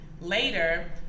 later